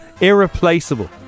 Irreplaceable